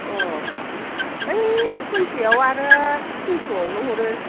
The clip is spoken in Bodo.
अह ओइ फुनसेयाव आरो थिनस'यावनो हरो